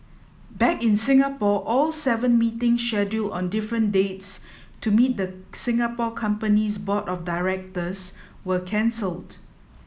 back in Singapore all seven meetings scheduled on different dates to meet the Singapore company's board of directors were cancelled